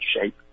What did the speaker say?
shape